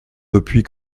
depuis